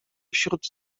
wśród